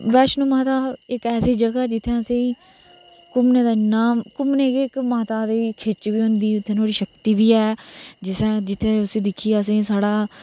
वैष्णो माता इक ऐसी जगह जित्थै आसेंगी घूमने दा इन्ना इक माता दी खिच्च बी होंदी माता दी शक्ति बी ऐ जित्थै उसी दिक्खी ऐ साढ़ा